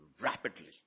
rapidly